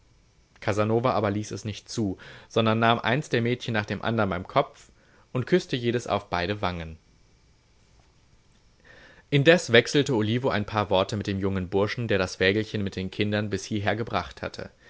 casanova aber ließ es nicht zu sondern nahm eins der mädchen nach dem andern beim kopf und küßte jedes auf beide wangen indes wechselte olivo ein paar worte mit dem jungen burschen der das wägelchen mit den kindern bis hierher gebracht hatte